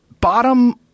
bottom